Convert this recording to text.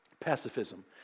pacifism